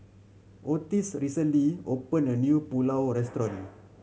Otis recently opened a new Pulao Restaurant